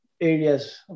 areas